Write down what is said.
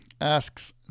asks